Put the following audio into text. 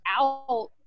out